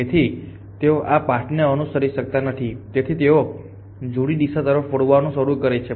તેથી તેઓ આ પાથને અનુસરી શકતા નથી તેથી તેઓ જુદી જુદી દિશા તરફ વળવાનું શરૂ કરે છે